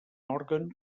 òrgan